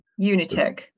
Unitech